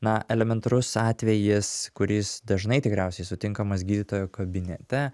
na elementarus atvejis kuris dažnai tikriausiai sutinkamas gydytojo kabinete